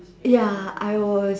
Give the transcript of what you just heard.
ya I was